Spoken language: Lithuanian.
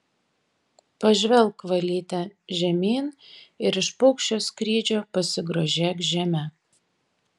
pažvelk valyte žemyn ir iš paukščio skrydžio pasigrožėk žeme